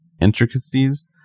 intricacies